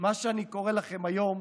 אני קורא לכם היום